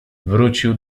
wrócił